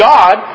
God